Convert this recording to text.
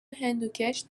هندوکش